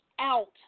out